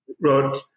wrote